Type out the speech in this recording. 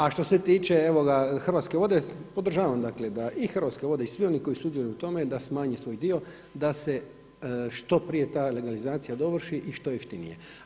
A što se tiče Hrvatske vode, podržavam dakle da i Hrvatske vode i svi oni koji sudjeluju u tome da smanje svoj dio da se što prije ta legalizacija dovrši i što jeftinije.